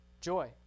Joy